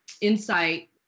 insight